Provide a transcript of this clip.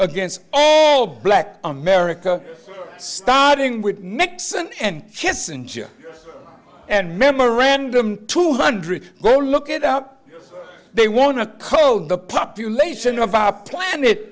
against told black america starting with nixon and kissinger and memorandum two hundred go look it up they want to code the population of our planet